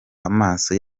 amaso